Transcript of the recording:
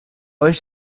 wish